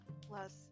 plus